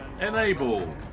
enable